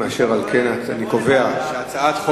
הקליטה והתפוצות נתקבלה.